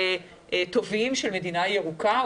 של מדינה ירוקה,